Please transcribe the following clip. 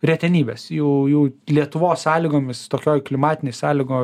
retenybės jų jų lietuvos sąlygomis tokioj klimatinėj sąlygoj